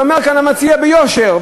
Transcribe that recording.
ואמר כאן המציע ביושר,